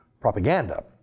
propaganda